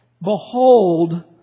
behold